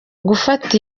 gufata